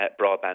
broadband